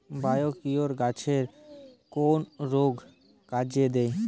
Biocure গাছের কোন রোগে কাজেদেয়?